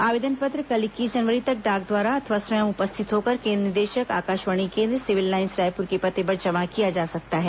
आवेदन पत्र कल इक्कीस जनवरी तक डाक द्वारा अथवा स्वयं उपस्थित होकर केन्द्र निदेशक आकाशवाणी केन्द्र सिविल लाईन्स रायपुर के पते पर जमा किया जा सकता है